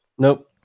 Nope